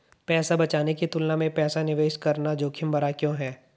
पैसा बचाने की तुलना में पैसा निवेश करना जोखिम भरा क्यों है?